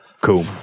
Cool